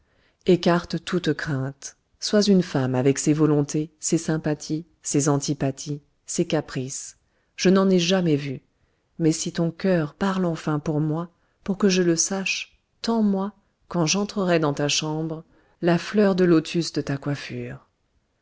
écarte toute crainte sois une femme avec ses volontés ses sympathies ses antipathies ses caprices je n'en ai jamais vu mais si ton cœur parle enfin pour moi pour que je le sache tends moi quand j'entrerai dans ta chambre la fleur de lotus de ta coiffure